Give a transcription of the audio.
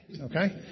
okay